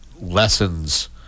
lessons